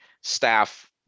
staff